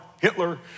Hitler